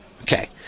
Okay